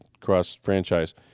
cross-franchise